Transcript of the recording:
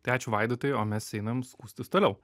tai ačiū vaidotai o mes einam skųstis toliau